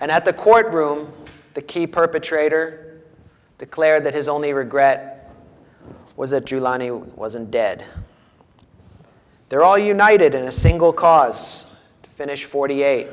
and at the court room the key perpetrator declared that his only regret was that giuliani wasn't dead they're all united in a single cause to finish forty eight